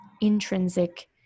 intrinsic